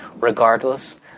regardless